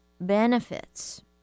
benefits